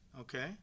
okay